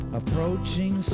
approaching